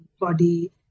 body